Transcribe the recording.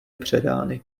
předány